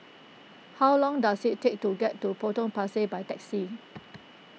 how long does it take to get to Potong Pasir by taxi